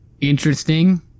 Interesting